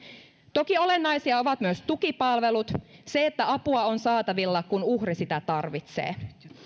toki olennaisia ovat myös tukipalvelut se että apua on saatavilla kun uhri sitä tarvitsee